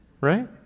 Right